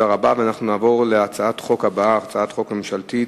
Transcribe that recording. בעד, 6, מתנגד אחד ואין נמנעים.